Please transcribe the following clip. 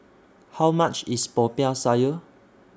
How much IS Popiah Sayur